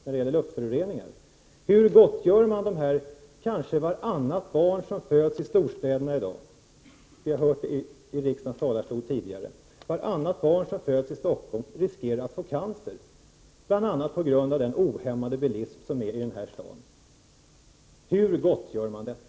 Vi har tidigare från riksdagens talarstol hört att vartannat barn som föds i Stockholm riskerar att få cancer, bl.a. på grund av den ohämmade bilismen i denna stad. Hur gottgör man detta?